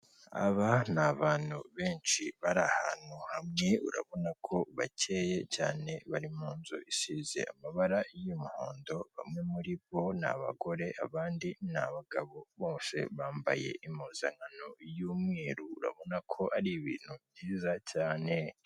Aba ni abantu benshi bari ahantu hamwe, urabona ko bakeye cyane, bari mu nzu isize amabara y'umuhondo, bamwe muri bo ni abagore, abandi ni abagabo, bose bambaye impuzankano y'umweru, urabona ko ari ibintu byiza cyane.